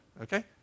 Okay